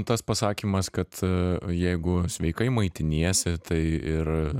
tas pasakymas kad jeigu sveikai maitiniesi tai ir